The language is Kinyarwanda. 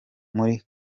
muri